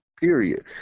period